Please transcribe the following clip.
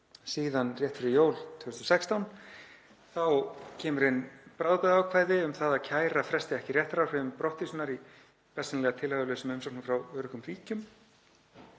Síðan rétt fyrir jól 2016 kemur inn bráðabirgðaákvæði um að kæra fresti ekki réttaráhrifum brottvísunar í bersýnilega tilhæfulausum umsóknum frá öruggum ríkjum.